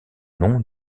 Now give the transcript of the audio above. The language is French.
nom